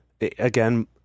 again